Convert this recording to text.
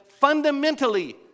fundamentally